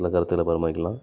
சில கருத்துகளை பரிமாறிக்கலாம்